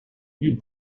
you